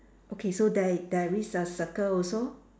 okay so there i~ there is a circle also